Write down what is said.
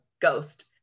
ghost